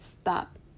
stop